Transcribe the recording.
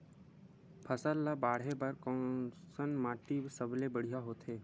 फसल ला बाढ़े बर कैसन माटी सबले बढ़िया होथे?